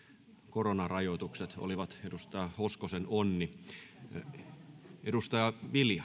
koronarajoitukset olivat edustaja hoskosen onni